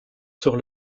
sur